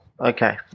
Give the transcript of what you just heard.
Okay